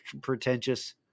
pretentious